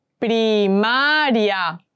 Primaria